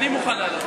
אני מוכן לעלות.